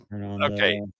okay